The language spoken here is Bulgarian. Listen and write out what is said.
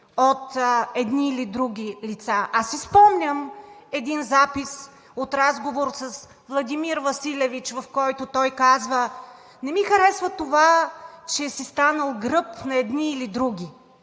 от едни или други лица. А си спомням един запис от разговор с Владимир Василевич, в който той казва: „Не ми харесва това, че си станал гръб на едни или други.“